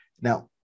Now